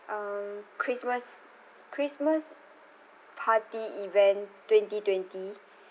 um christmas christmas party event twenty twenty